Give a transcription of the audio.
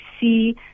see